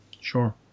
Sure